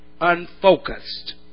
unfocused